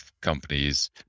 companies